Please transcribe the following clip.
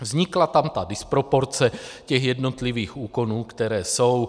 Vznikla tam ta disproporce jednotlivých úkonů, které jsou.